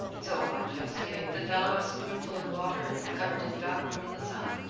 so i just gave the fellow a spoonful of water and covered his back from the sun.